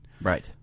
Right